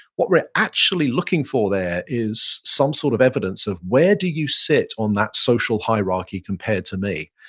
what we're actually looking for there is some sort of evidence of where do you sit on that social hierarchy compared to me?